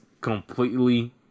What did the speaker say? completely